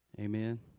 Amen